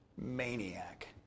maniac